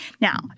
Now